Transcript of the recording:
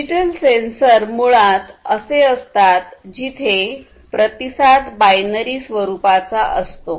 digital sensor मुळात असे असतात जिथे प्रतिसाद बायनरी स्वरूपाचा असतो